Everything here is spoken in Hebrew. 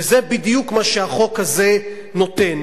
וזה בדיוק מה שהחוק הזה נותן.